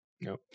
no